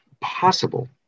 possible